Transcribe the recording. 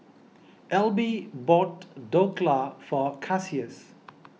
Elby bought Dhokla for Cassius